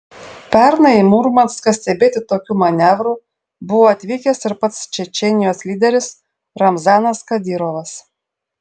pernai į murmanską stebėti tokių manevrų buvo atvykęs ir pats čečėnijos lyderis ramzanas kadyrovas